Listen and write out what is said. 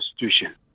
institution